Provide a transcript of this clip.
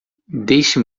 deixe